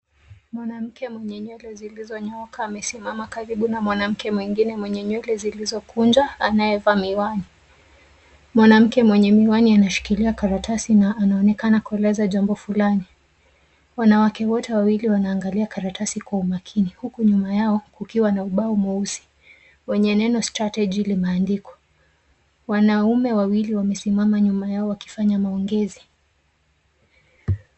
Mwanamke mwenye nywele zilizonyooka amesimama karibu na mwanamke mwenye nywele zilizokunjwa anayevaa miwani. Mwanamke mwenye miwani ameshikilia karatasi na anaooonekana kueleza jambo fulani. Wanawake wote wawili wanaangalia karatasi kwa umaakini huku nyuma yao kukiwa na ubao mweusi wenye neno strategy limeandikwa. Wanaume wawili wamesimama nyuma yao wakifanya maongezi.